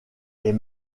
est